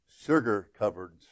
sugar-covered